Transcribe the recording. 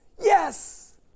Yes